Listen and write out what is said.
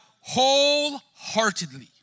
wholeheartedly